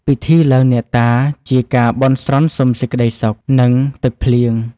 ពិធីឡើងអ្នកតាជាការបន់ស្រន់សុំសេចក្តីសុខ និងទឹកភ្លៀង។